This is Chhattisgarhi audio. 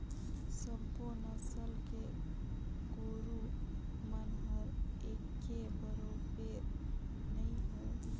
सबो नसल के गोरु मन हर एके बरोबेर नई होय